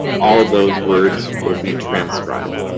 all of those words will be transcribed.